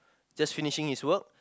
just finishing his work